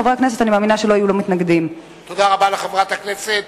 חברי הכנסת.